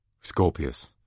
Scorpius